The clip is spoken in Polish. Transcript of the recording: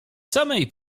samej